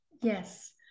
Yes